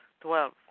Twelve